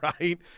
right